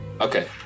Okay